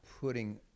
putting